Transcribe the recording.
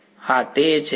વિદ્યાર્થી હા તે એ છે